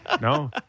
No